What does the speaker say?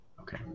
Okay